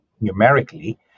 numerically